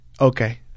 Okay